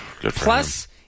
Plus